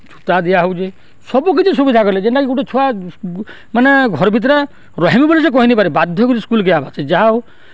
ଛତା ଦିଆ ହଉଚେ ସବୁ କିଛି ସୁବିଧା କଲେ ଯେନ୍ଟାକି ଗୁଟେ ଛୁଆ ମାନେ ଘର୍ ଭିତ୍ରେ ରହେମି ବଲି ସେ କହିନି ପାରେ ବାଧ୍ୟ କରି ସ୍କୁଲ୍କେ ଆଏବା ସେ ଯାହା ହଉ